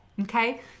Okay